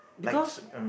because